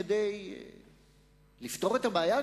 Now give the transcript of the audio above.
כדי לפתור את הבעיה,